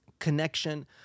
Connection